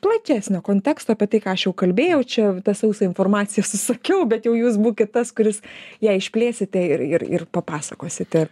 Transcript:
platesnio konteksto apie tai ką aš jau kalbėjau čia ta sausą informaciją susakiau bet jau jūs būkit tas kuris ją išplėsite ir ir ir papasakosite